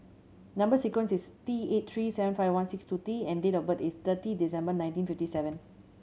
number sequence is T eight three seven five one six two T and date of birth is thirty December nineteen fifty seven